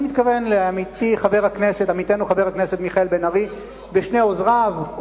אני מתכוון לעמיתנו חבר הכנסת מיכאל בן-ארי ולשני עוזריו,